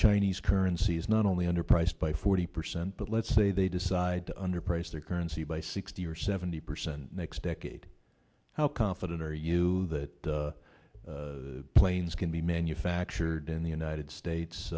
chinese currency is not only under price by forty percent but let's say they decide to underprice their currency by sixty or seventy percent next decade how confident are you that planes can be manufactured in the united states